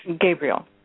Gabriel